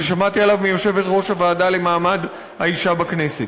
ששמעתי עליו מיושבת-ראש הוועדה לקידום מעמד האישה בכנסת.